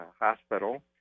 Hospital